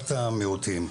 המיעוטים,